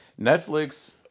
Netflix